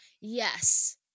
Yes